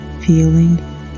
feeling